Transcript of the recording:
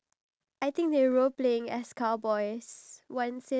I actually wish that